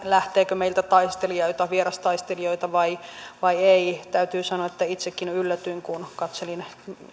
lähteekö meiltä vierastaistelijoita vai vai ei täytyy sanoa että itsekin yllätyin kun katselin